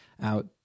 out